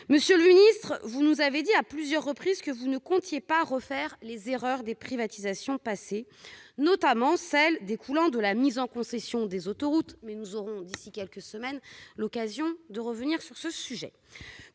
Monsieur le ministre, vous nous avez dit à plusieurs reprises que vous ne comptiez pas refaire les erreurs commises lors des privatisations passées, notamment celles qui découlent de la mise en concession des autoroutes. Nous aurons, d'ici à quelques semaines, l'occasion de revenir sur ce sujet.